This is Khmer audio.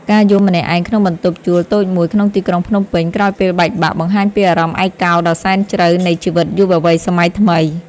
ការយំម្នាក់ឯងក្នុងបន្ទប់ជួលតូចមួយក្នុងទីក្រុងភ្នំពេញ ក្រោយពេលបែកបាក់ បង្ហាញពីអារម្មណ៍ឯកោដ៏សែនជ្រៅនៃជីវិតយុវវ័យសម័យថ្មី។